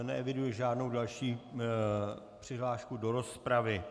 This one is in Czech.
Neeviduji žádnou další přihlášku do rozpravy.